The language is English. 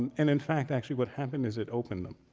and in fact, actually what happened is it opened them.